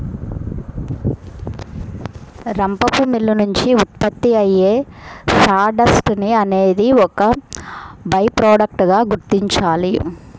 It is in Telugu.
రంపపు మిల్లు నుంచి ఉత్పత్తి అయ్యే సాడస్ట్ ని అనేది ఒక బై ప్రొడక్ట్ గా గుర్తించాలి